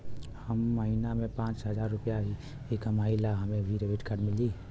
हम महीना में पाँच हजार रुपया ही कमाई ला हमे भी डेबिट कार्ड मिली?